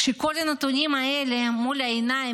כשכל הנתונים האלה מול העיניים,